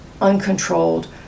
uncontrolled